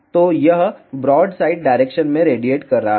तो यह broadside direction में रेडिएट कर रहा है